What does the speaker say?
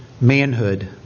manhood